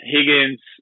Higgins